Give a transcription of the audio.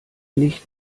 nicht